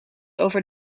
over